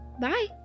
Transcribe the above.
Bye